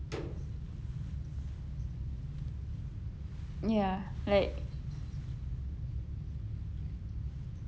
ya like